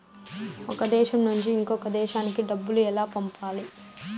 ఒక దేశం నుంచి ఇంకొక దేశానికి డబ్బులు ఎలా పంపాలి?